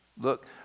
Look